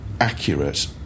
accurate